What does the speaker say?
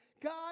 God